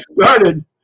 started